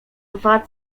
dwa